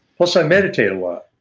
plus i meditate a lot